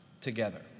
Together